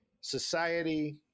society